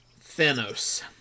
Thanos